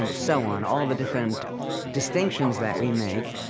and so on, all the different distinctions that we make.